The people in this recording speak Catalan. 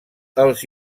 els